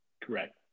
Correct